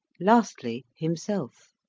lastly himself.